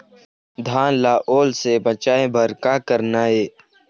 धान ला ओल से बचाए बर का करना ये?